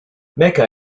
mecca